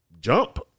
jump